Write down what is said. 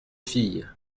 filles